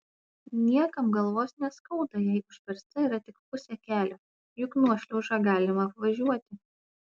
niekam galvos neskauda jei užversta yra tik pusė kelio juk nuošliaužą galima apvažiuoti